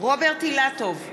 רוברט אילטוב,